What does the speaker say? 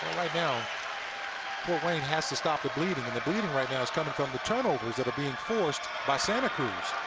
right now fort wayne has to stop the bleeding, and the bleeding right now is coming from the turnovers that are being forced by santa cruz.